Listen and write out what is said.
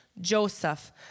Joseph